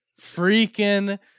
Freaking